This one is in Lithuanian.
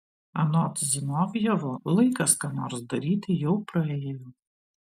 anot zinovjevo laikas ką nors daryti jau praėjo